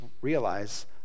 realize